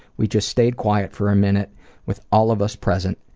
we just stayed quiet for a minute with all of us present.